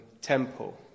temple